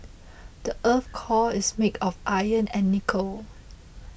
the earth's core is made of iron and nickel